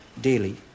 daily